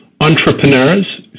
entrepreneurs